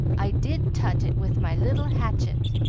i did tut it with my little hanchet.